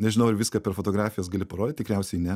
nežinau ar viską per fotografijas gali parodyt tikriausiai ne